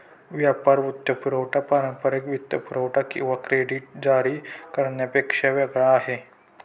व्यापार वित्तपुरवठा पारंपारिक वित्तपुरवठा किंवा क्रेडिट जारी करण्यापेक्षा वेगळा आहे